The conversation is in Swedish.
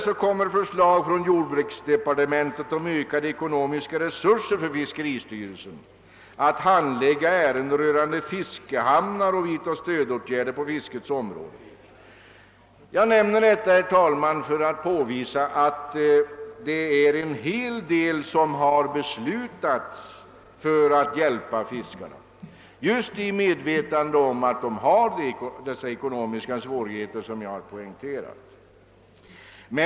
Vidare kommer förslag att framläggas från jordbruksdepartementet om ökade ekonomiska resurser för fiskeristyrelsen att handlägga ärenden rörande fiskehamnar och vidta stödåtgärder på fiskets område. Jag säger detta, herr talman, för att visa att en hel del åtgärder har föreslagits för att hjälpa fiskarna just i medvetande om att de, som jag har poängterat, har ekonomiska svårigheter.